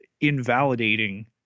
invalidating